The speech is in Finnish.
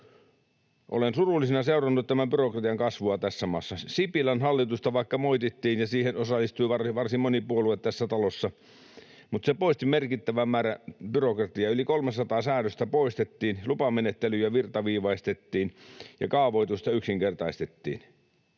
Olen surullisena seurannut byrokratian kasvua tässä maassa. Vaikka Sipilän hallitusta moitittiin — siihen osallistui varsin moni puolue tässä talossa — se poisti merkittävän määrän byrokratiaa: yli 300 säädöstä poistettiin, lupamenettelyjä virtaviivaistettiin ja kaavoitusta yksinkertaistettiin.